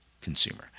consumer